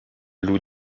loup